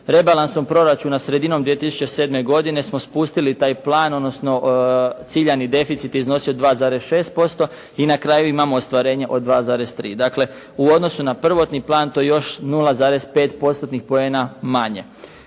Rebalansom proračuna sredinom 2007. godine smo spustili taj plan odnosno ciljani deficit je iznosio 2,6%. I na kraju imamo ostvarenje od 2,3. Dakle u odnosu na prvotni plan to je još 0,5 postotnih